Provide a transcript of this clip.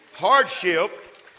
hardship